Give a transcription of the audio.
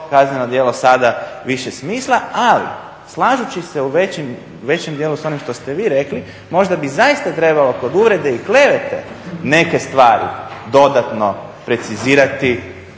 kazneno djelo sada više smisla. Ali slažući se u većem dijelu s onim što ste vi rekli možda bi zaista trebalo kod uvrede i klevete neke stvari dodatno precizirati